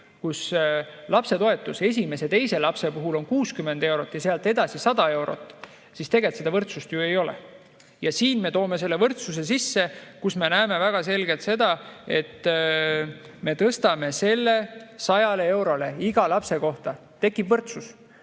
kus lapsetoetus esimese ja teise lapse puhul on 60 eurot ja sealt edasi 100 eurot, siis tegelikult seda võrdsust ju ei ole. Ja nüüd me toome selle võrdsuse sisse: me näeme väga selgelt, et me tõstame toetuse 100 eurole iga lapse kohta. Tekib